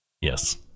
Yes